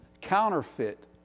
counterfeit